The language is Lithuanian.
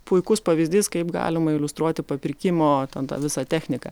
puikus pavyzdys kaip galima iliustruoti papirkimo ten tą visą techniką